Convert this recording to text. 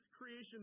creation